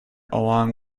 along